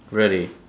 really